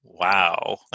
Wow